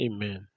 Amen